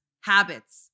habits